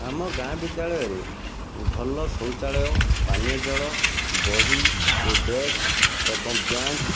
ଆମ ଗାଁ ବିଦ୍ୟାଳୟରେ ଭଲ ଶୌଚାଳୟ ପାନୀୟ ଜଳ ବହି ଓ ଡେସ୍କ ଏବଂ ବ୍ୟାଞ୍ଚ